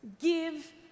Give